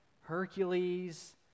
Hercules